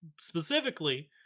specifically